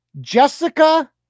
Jessica